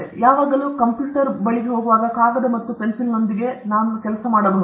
ಯಾವಾಗಲೂ ಕಂಪ್ಯೂಟರ್ಗೆ ಹೋಗುವಾಗ ಕಾಗದ ಮತ್ತು ಪೆನ್ಸಿಲ್ನೊಂದಿಗೆ ನಾವು ಕೆಲಸ ಮಾಡಬಹುದೇ